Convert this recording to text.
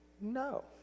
No